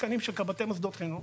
תקנים של קב״טי מוסדות חינוך,